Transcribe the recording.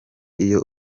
iyo